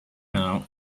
now